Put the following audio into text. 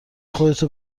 خودتو